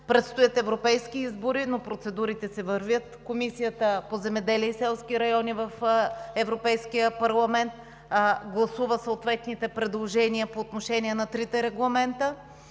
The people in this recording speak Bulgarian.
предстоят европейски избори, но процедурите си вървят, Комисията по земеделие и развитие на селските райони в Европейския парламент гласува съответните предложения по отношение на трите регламента.